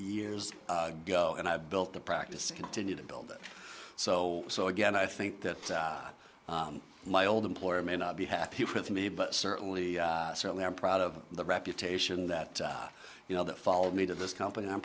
years ago and i built the practice continue to build it so so again i think that my old employer may not be happy with me but certainly certainly i'm proud of the reputation that you know that follow me to this company i'm